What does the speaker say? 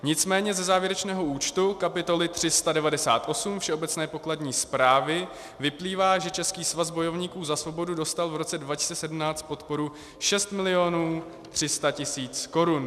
Nicméně ze závěrečného účtu kapitoly 398 Všeobecné pokladní správy vyplývá, že Český svaz bojovníků za svobodu dostal v roce 2017 podporu 6 milionů 300 tisíc korun.